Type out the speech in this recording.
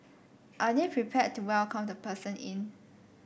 are they prepared to welcome the person in